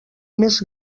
més